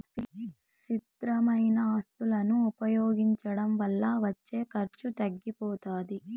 స్థిరమైన ఆస్తులను ఉపయోగించడం వల్ల వచ్చే ఖర్చు తగ్గిపోతాది